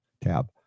tab